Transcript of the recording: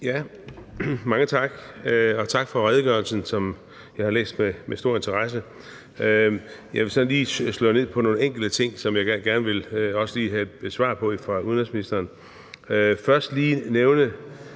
Mange tak, og tak for redegørelsen, som jeg har læst med stor interesse. Jeg vil så lige slå ned på nogle enkelte ting, som jeg også gerne vil have svar på fra udenrigsministeren. Jeg vil først lige nævne,